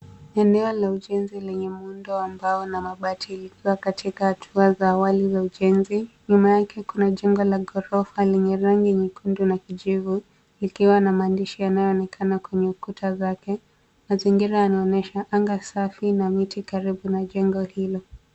Eneo la ujenzi lenye muundo wa mbao na mabati ilikuwa katika hatua za awali ya ujenzi. Nyuma yake kuna jengo la ghorofa lenye rangi nyekundu na kijivu likiwa na maandishi yanayoonekana kwenye ukuta zake. Mazingira yanaonyesha anga safi na miti karibu na jengo hilo.